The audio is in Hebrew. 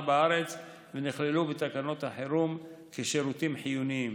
בארץ ונכללו בתקנות החירום כשירותים חיוניים.